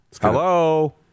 Hello